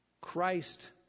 Christ